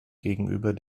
gegenüber